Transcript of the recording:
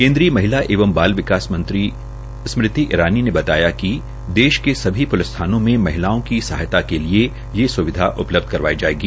केन्द्रीय महिला एवं बाल विकास मंत्री स्मृति ईरानी ने बाया कि देश के सभी प्लिस थानों में महिलाओं की सहायता के लिए सुविधा उपलब्ध कराई जायेगी